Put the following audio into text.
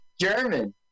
German